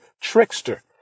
trickster